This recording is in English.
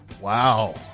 Wow